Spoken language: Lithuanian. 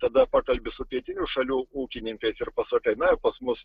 tada pakalbi su pietinių šalių ūkininkais ir pasakai na pas mus